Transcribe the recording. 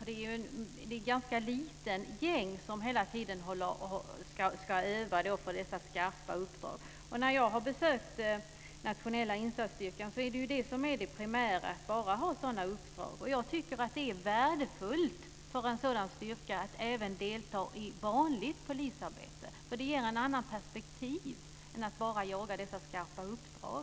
Det är ett ganska litet gäng som hela tiden ska öva på dessa skarpa uppdrag. När jag har besökt nationella insatsstyrkan har jag sett att det primära är att bara ha sådana uppdrag. Jag tycker att det är värdefullt för en sådan styrka att även delta i vanligt polisarbete. Det ger ett annat perspektiv än att bara jaga dessa skarpa uppdrag.